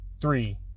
Three